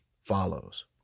follows